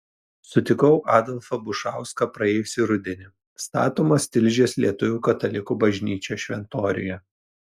sutikau adolfą bušauską praėjusį rudenį statomos tilžės lietuvių katalikų bažnyčios šventoriuje